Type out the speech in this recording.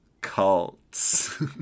cults